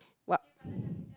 what